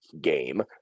game